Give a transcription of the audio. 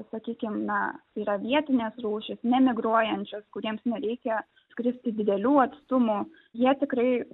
sakykim na yra vietinės rūšys nemigruojančios kuriems nereikia skristi didelių atstumų jie tikrai